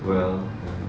well I don't know